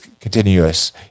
continuous